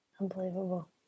Unbelievable